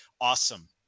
awesome